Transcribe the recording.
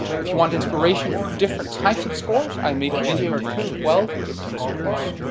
if you want inspiration for different types of scores, i made a video with twelve different scores,